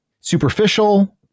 superficial